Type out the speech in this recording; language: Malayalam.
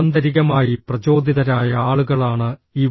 ആന്തരികമായി പ്രചോദിതരായ ആളുകളാണ് ഇവർ